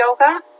yoga